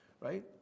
right